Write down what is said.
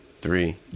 three